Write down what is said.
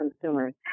consumers